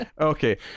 okay